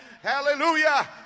Hallelujah